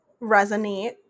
resonate